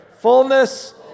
fullness